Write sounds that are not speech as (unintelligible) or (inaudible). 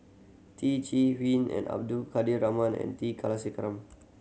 Teo Chee (unintelligible) and Abdul Kadir (unintelligible) and T Kulasekaram